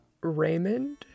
Raymond